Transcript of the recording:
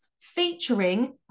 featuring